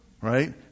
right